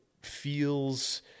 feels